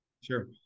Sure